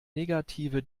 negative